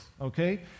Okay